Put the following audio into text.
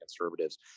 conservatives